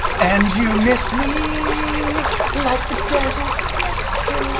and you miss me like the deserts miss